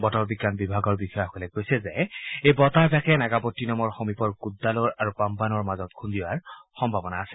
বতৰ বিজ্ঞান বিভাগৰ বিষয়াসকলে কৈছে যে এই বতাহজাকে নাগাপট্টিনমৰ সমীপৰ কুদ্দালোৰ আৰু পাম্বানৰ মাজত খুন্দিওৱাৰ সম্ভাৱনা আছে